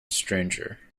stranger